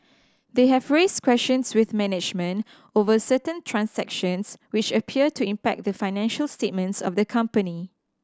they have raised questions with management over certain transactions which appear to impact the financial statements of the company